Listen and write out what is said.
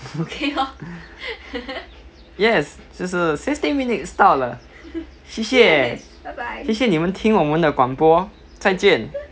yes 就是 sixty minutes 到了谢谢谢谢你们听我们的广播再见